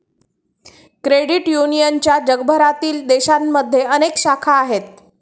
credit युनियनच्या जगभरातील देशांमध्ये अनेक शाखा आहेत